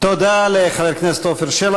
תודה לחבר הכנסת עפר שלח.